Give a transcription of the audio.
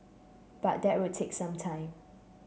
but that will take some time